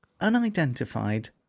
unidentified